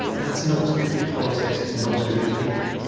that's not good politics, it's not good for people.